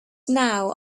now